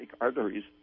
arteries